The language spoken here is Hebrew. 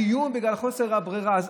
האיום ובגלל חוסר הברירה.